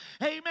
amen